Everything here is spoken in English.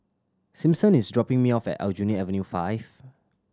Simpson is dropping me off at Aljunied Avenue Five